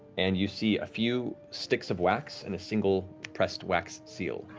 and you see a few sticks of wax and a single pressed wax seal.